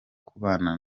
kubana